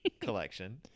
Collection